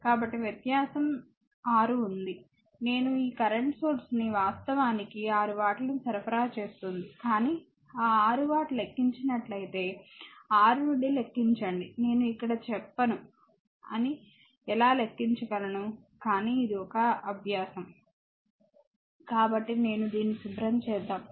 కాబట్టి వ్యత్యాసం 6 ఉంది నేను ఈ ప్రస్తుత మూలాన్ని వాస్తవానికి 6 వాట్లను సరఫరా చేస్తుంది కానీ ఆ 6 వాట్ లెక్కించినట్లయితే 6 నుండి లెక్కించండి నేను ఇక్కడ చెప్పను అని ఎలా లెక్కించగలను కానీ ఇది ఒక అభ్యాసం కాబట్టి నేను నేను దీన్ని శుభ్రం చేద్దాం